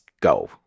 go